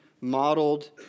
modeled